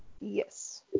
Yes